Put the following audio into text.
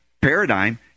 paradigm